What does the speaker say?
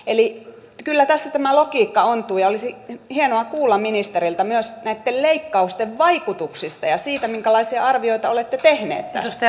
eli kyllä tässä tämä logiikka ontuu ja olisi hienoa kuulla ministeriltä myös näitten leikkausten vaikutuksista ja siitä minkälaisia arvioita olette tehneet tästä